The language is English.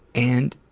and